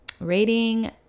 rating